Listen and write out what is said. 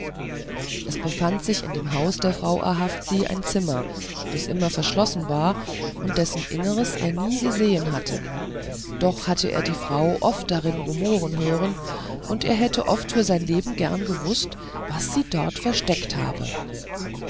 es befand sich in dem hause der frau ahavzi ein zimmer das immer verschlossen war und dessen inneres er nie gesehen hatte doch hatte er die frau oft darin rumoren gehört und er hätte oft für sein leben gern gewußt was sie dort versteckt habe